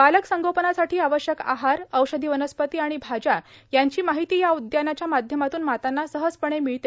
बालक संगोपनासाठी आवश्यक आहारए औषधी वनस्पती आणि भाज्या यांची माहिती या उद्यानाच्या माध्यमांतून मातांना सहजपणे मिळते